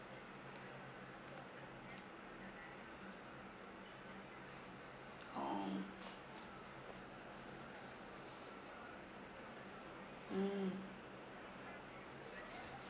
oo mm